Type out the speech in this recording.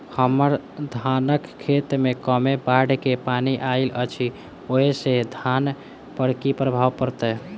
हम्मर धानक खेत मे कमे बाढ़ केँ पानि आइल अछि, ओय सँ धान पर की प्रभाव पड़तै?